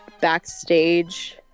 backstage